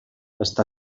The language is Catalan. està